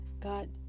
God